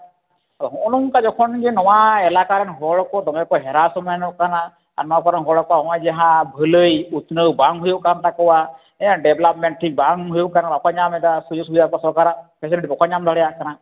ᱦᱚᱸᱜᱼᱚ ᱱᱚᱝᱠᱟ ᱡᱚᱠᱷᱚᱱ ᱜᱮ ᱱᱚᱣᱟ ᱮᱞᱟᱠᱟ ᱨᱮᱱ ᱦᱚᱲ ᱠᱚ ᱫᱚᱢᱮ ᱠᱚ ᱦᱮᱨᱟᱥᱢᱮᱱᱚᱜ ᱠᱟᱱᱟ ᱟᱨ ᱱᱚᱣᱟ ᱠᱚᱨᱮᱱ ᱦᱚᱲ ᱠᱚᱣᱟᱜ ᱦᱚᱸᱜᱼᱚᱭ ᱡᱟᱦᱟᱸ ᱵᱷᱟᱹᱞᱟᱹᱭ ᱩᱛᱱᱟᱹᱣ ᱵᱟᱝ ᱦᱩᱭᱩᱜ ᱠᱟᱱ ᱛᱟᱠᱚᱣᱟ ᱰᱮᱵᱷᱞᱚᱯᱢᱮᱱᱴ ᱴᱷᱤᱠ ᱵᱟᱝ ᱦᱩᱭᱩᱜ ᱠᱟᱱᱟ ᱵᱟᱠᱚ ᱧᱟᱢᱮᱫᱟ ᱥᱩᱡᱳᱜᱽ ᱥᱩᱵᱤᱫᱷᱟ ᱥᱚᱨᱠᱟᱨᱟᱜ ᱯᱷᱮᱥᱮᱞᱤᱴᱤ ᱵᱟᱠᱚ ᱧᱟᱢ ᱫᱟᱲᱭᱟᱜ ᱠᱟᱱᱟ